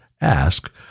ask